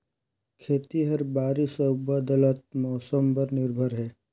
खेती ह बारिश अऊ बदलत मौसम पर निर्भर हे